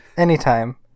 Anytime